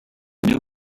new